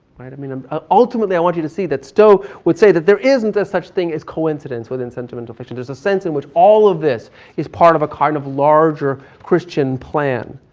right? i mean um ah ultimately i want you to see that stowe would say that there isn't a such thing as coincidence within sentimental fiction. there's a sense in which all of this is part of a kind of larger christian plan.